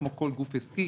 כמו כל גוף עסקי.